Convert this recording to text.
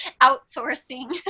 outsourcing